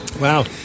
Wow